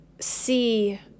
see